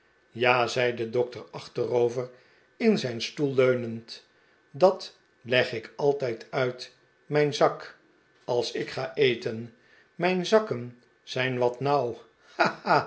ja zei de dokter achterover in zijn stoel leunend dat leg ik altijd uit mijn zak als ik ga eten mijn zakken zijn wat nauw